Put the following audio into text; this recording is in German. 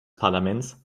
parlaments